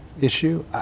issue